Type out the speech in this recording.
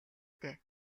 дээ